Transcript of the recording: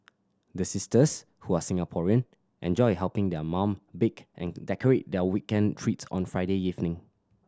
the sisters who are Singaporean enjoy helping their mum bake and decorate their weekend treats on Friday evening